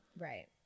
Right